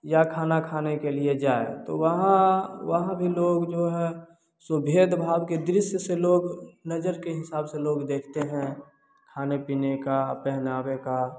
या खाना खाने के लिए जाएँ तो वहाँ वहाँ भी लोग जो है भेदभाव के दृश्य से लोग नज़र के हिसाब से लोग देखते हैं खाने पीने का पहनावे का